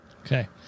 Okay